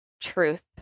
truth